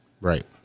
Right